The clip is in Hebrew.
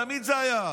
תמיד זה היה.